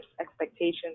expectations